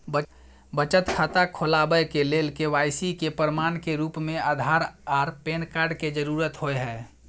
बचत खाता खोलाबय के लेल के.वाइ.सी के प्रमाण के रूप में आधार आर पैन कार्ड के जरुरत होय हय